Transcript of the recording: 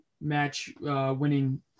match-winning